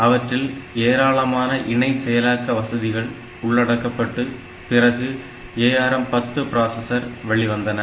அவற்றில் ஏராளமான இணை செயலாக்க வசதிகள் உள்ளடக்கப்பட்டு பிறகு ARM 10 ப்ராசசர் வெளிவந்தன